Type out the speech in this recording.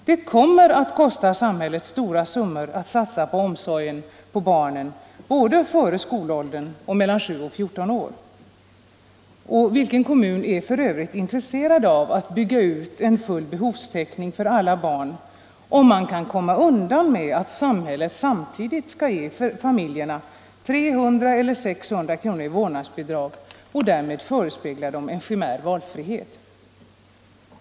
Det kommer att kosta samhället stora summor att satsa på omsorgen av barnen både före skolåldern och mellan 7 och 14 år. Vilken kommun är för övrigt intresserad av att bygga ut till full behovstäckning för alla barn om man kan komma undan med att samhället samtidigt skall ge familjerna 300 eller 600 kr. i vårdnadsbidrag och därmed förespegla dem en chimärisk valfrihet?